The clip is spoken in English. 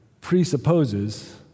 presupposes